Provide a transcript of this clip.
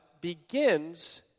begins